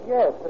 Yes